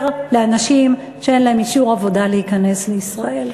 לאנשים שאין להם אישור עבודה להיכנס לישראל.